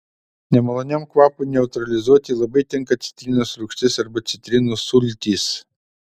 nemaloniam kvapui neutralizuoti labai tinka citrinos rūgštis arba citrinų sultys